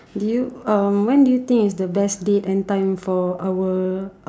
do you um when do you think is the best date and time for our